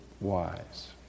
wise